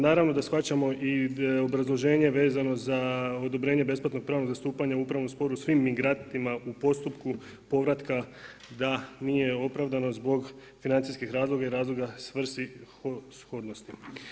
Naravno da shvaćamo i obrazloženje vezano za odobrenje besplatnog pravnog zastupanja u upravnom sporu svim migrantima u postupku povratka da nije opravdano zbog financijskih razloga i razloga svrsishodnosti.